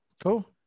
Cool